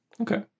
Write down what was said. Okay